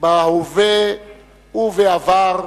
בהווה ובעבר,